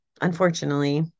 unfortunately